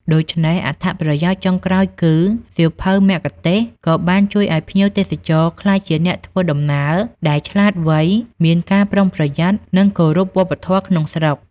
ដូច្នេះ អត្ថប្រយោជន៍ចុងក្រោយគឺ សៀវភៅមគ្គុទ្ទេសក៍បានជួយឲ្យភ្ញៀវទេសចរក្លាយជាអ្នកធ្វើដំណើរដែល ឆ្លាតវៃ មានការប្រុងប្រយ័ត្ន និងគោរព វប្បធម៌ក្នុងស្រុក។